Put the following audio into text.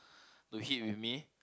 to hit with me